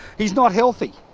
he's not healthy.